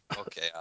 Okay